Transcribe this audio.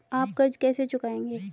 आप कर्ज कैसे चुकाएंगे?